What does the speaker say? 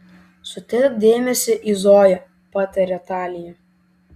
sutelk dėmesį į zoją patarė talija